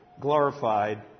glorified